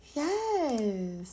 yes